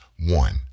one